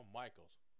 michaels